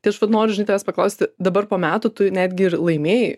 tai aš vat noriu tavęs paklausti dabar po metų tu netgi laimėjai